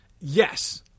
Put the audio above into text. yes